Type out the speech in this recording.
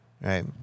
right